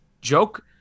joke